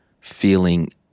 feeling